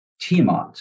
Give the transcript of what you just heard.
Tiamat